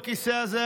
בכיסא הזה,